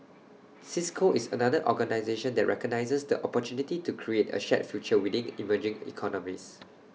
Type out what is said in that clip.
cisco is another organisation that recognises the opportunity to create A shared future within emerging economies